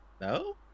no